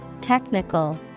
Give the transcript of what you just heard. technical